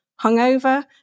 hungover